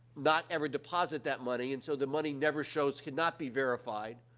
not ever deposit that money, and so the money never shows cannot be verified.